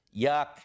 Yuck